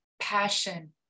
passion